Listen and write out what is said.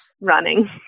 running